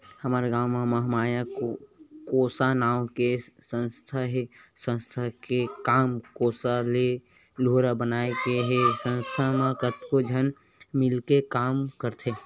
हमर गाँव म महामाया कोसा नांव के संस्था हे संस्था के काम कोसा ले लुगरा बनाए के हे संस्था म कतको झन मिलके के काम करथे